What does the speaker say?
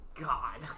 God